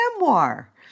memoir